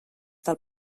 del